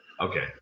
Okay